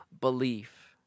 belief